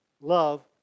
love